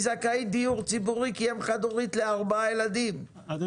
זכאית דיור ציבורי כאם חד הורית לארבעה ילדים אני